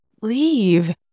leave